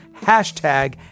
hashtag